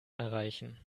erreichen